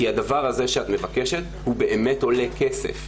כי הדבר הזה שאת מבקשת באמת עולה כסף,